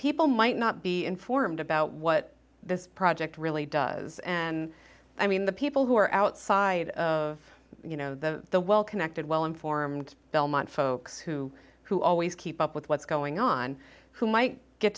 people might not be informed about what this project really does and i mean the people who are outside of you know the the well connected well informed belmont folks who who always keep up with what's going on who might get